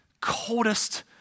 coldest